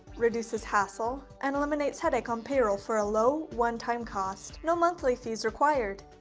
reduces hassle, and eliminates headache on payroll for a low, one-time cost. no monthly fees required.